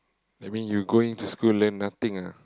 that mean you going to school learn nothing ah